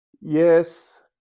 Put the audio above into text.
Yes